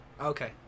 Okay